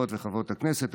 חברות וחברי הכנסת,